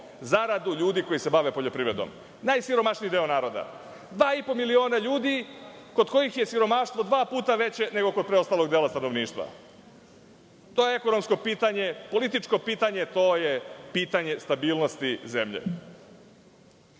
zaradu ljudi koji se bave poljoprivredom. Najsiromašniji deo naroda, dva i po miliona ljudi, kod kojih je siromaštvo dva puta veće nego kod ostalog dela stanovništva. To je ekonomsko pitanje, političko pitanje, to je pitanje stabilnosti